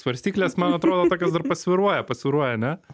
svarstyklės man atrodo tokios dar pasvyruoja pasvyruoja ane